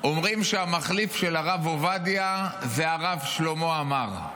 אומרים שהמחליף של הרב עובדיה זה הרב שלמה עמאר,